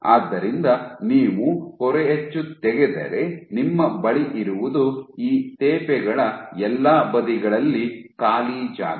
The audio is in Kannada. ಆದ್ದರಿಂದ ನೀವು ಕೊರೆಯಚ್ಚು ತೆಗೆದರೆ ನಿಮ್ಮ ಬಳಿ ಇರುವುದು ಈ ತೇಪೆಗಳ ಎಲ್ಲಾ ಬದಿಗಳಲ್ಲಿ ಖಾಲಿ ಜಾಗ